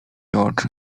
oczy